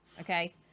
okay